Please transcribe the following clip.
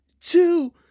two